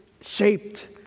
shaped